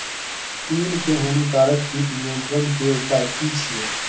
तिल के हानिकारक कीट नियंत्रण के उपाय की छिये?